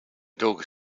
doken